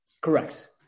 Correct